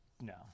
No